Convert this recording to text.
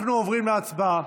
אנחנו עוברים להצבעה.